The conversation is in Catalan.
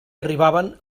arribaven